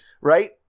right